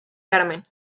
carmen